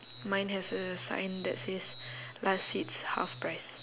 mine has a sign that says last seats half price